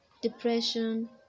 depression